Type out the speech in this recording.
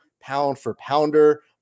pound-for-pounder